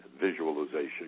visualization